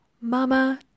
Mama